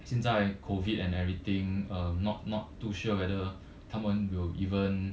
现在 COVID and everything uh not not too sure whether 他们 will even